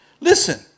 Listen